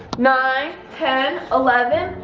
nine, ten, eleven.